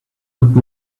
looked